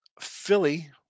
Philly